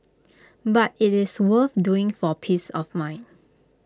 but IT is worth doing for peace of mind